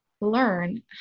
learn